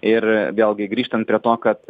ir vėlgi grįžtant prie to kad